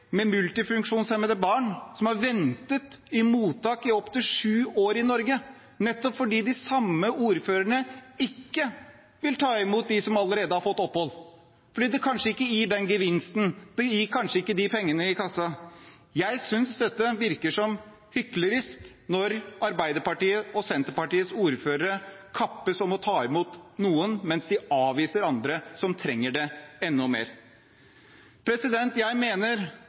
med multifunksjonshemmede barn som har ventet i opptil sju år i mottak i Norge – nettopp fordi de samme ordførerne ikke vil ta imot dem som allerede har fått opphold, fordi det kanskje ikke gir den gevinsten, det gir kanskje ikke de pengene i kassen. Jeg synes det virker hyklersk når Arbeiderpartiets og Senterpartiets ordførere kappes om å ta imot noen, mens de avviser andre som trenger det enda mer. Jeg mener